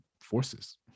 forces